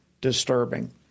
disturbing